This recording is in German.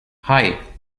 hei